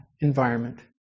environment